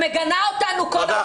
היא מגנה אותנו.